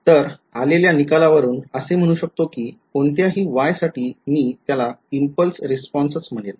तर आलेल्या निकालावरून असे म्हणू शकतो कि कोणत्याही Y साठी मी त्याला इम्पल्स रिस्पॉन्सच म्हणेल